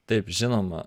taip žinoma